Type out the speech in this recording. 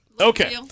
Okay